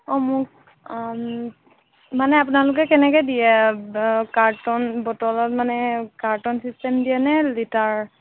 অঁ মোক মানে আপোনালোকে কেনেকৈ দিয়ে কাৰ্টন বটলত মানে কাৰ্টন ছিষ্টেম দিয়ে নে লিটাৰ